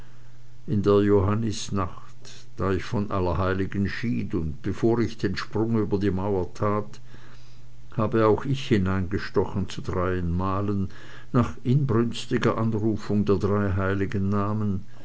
in der johannisnacht da ich von allerheiligen schied und bevor ich den sprung über die mauer tat habe auch ich hinein gestochen zu dreien malen nach inbrünstiger anrufung der drei heiligen namen